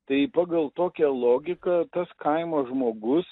tai pagal tokią logiką tas kaimo žmogus